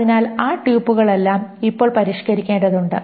അതിനാൽ ആ ട്യൂപ്പുകളെല്ലാം ഇപ്പോൾ പരിഷ്ക്കരിക്കേണ്ടതുണ്ട്